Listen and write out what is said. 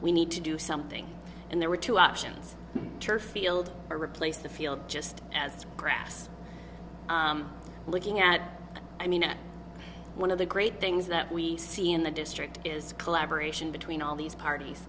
we need to do something and there were two options turf field or replace the field just as grass looking at i mean one of the great things that we see in the district is collaboration between all these parties